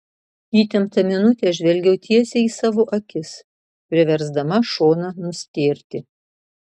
įtemptą minutę žvelgiau tiesiai į savo akis priversdama šoną nustėrti